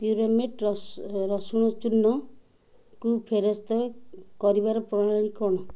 ପ୍ୟୁରାମେଟ୍ ରସୁଣ ଚୂର୍ଣ୍ଣକୁ ଫେରସ୍ତ କରିବାର ପ୍ରଣାଳୀ କ'ଣ